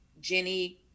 Jenny